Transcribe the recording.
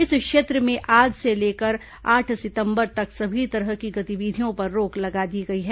इस क्षेत्र में आज से लेकर आठ सितंबर तक सभी तरह की गतिविधियों पर रोक लगा दी गई है